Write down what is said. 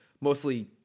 Mostly